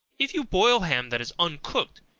if you broil ham that is uncooked,